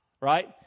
Right